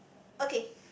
okay